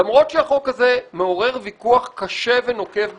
למרות שהחוק הזה מעורר ויכוח קשה ונוקב בכנסת,